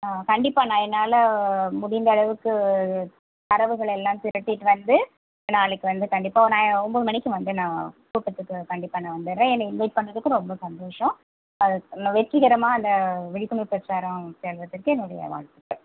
ஆ கண்டிப்பாக நான் என்னால் முடிந்தளவுக்கு தரவுகள் எல்லாம் திரட்டிட்டு வந்து நாளைக்கு வந்து கண்டிப்பாக ஒரு நை ஒம்பது மணிக்கு வந்து நான் கூட்டத்துக்கு கண்டிப்பாக நான் வந்துடுறேன் என்னைய இன்வைட் பண்ணிணதுக்கு ரொம்ப சந்தோசம் அதற்கு ந வெற்றிகரமாக அந்த விழிப்புணர்வு பிரச்சாரம் சேர்ந்ததுக்கு என்னோடைய வாழ்த்துக்கள்